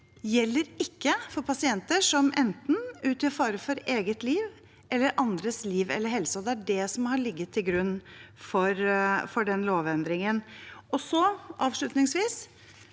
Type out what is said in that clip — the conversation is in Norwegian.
gjelder ikke for pasienter som utgjør en fare for eget eller for andres liv eller helse. Det er det som har ligget til grunn for den lovendringen. Avslutningsvis: